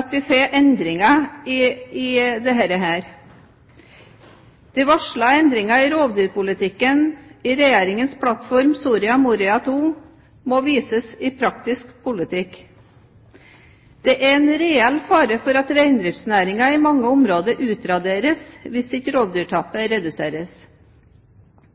at vi får endringer i dette. De varslede endringene i rovdyrpolitikken i Regjeringens plattform, Soria Moria II, må vises i praktisk politikk. Det er en reell fare for at reindriftsnæringen i mange områder utraderes hvis ikke